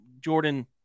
Jordan